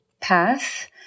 path